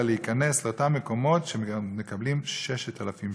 להיכנס לאותם מקומות שגם מקבלים 6,000 שקל.